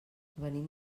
venim